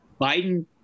Biden